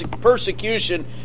persecution